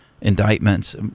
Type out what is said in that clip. indictments